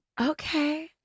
Okay